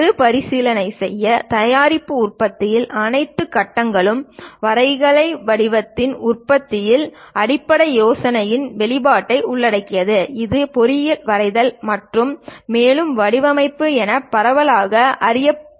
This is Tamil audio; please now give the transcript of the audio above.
மறுபரிசீலனை செய்ய தயாரிப்பு உற்பத்தியின் அனைத்து கட்டங்களும் வரைகலை வடிவத்தில் உற்பத்தியின் அடிப்படை யோசனையின் வெளிப்பாட்டை உள்ளடக்கியது இது பொறியியல் வரைதல் மற்றும் மேலும் வடிவமைப்பு என பரவலாக அறியப்படுகிறது